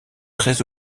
très